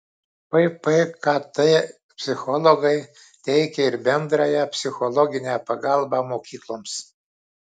ppkt psichologai teikia ir bendrąją psichologinę pagalbą mokykloms